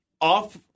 off